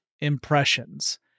impressions